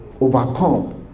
overcome